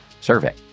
survey